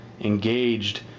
engaged